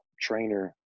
trainer